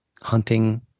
hunting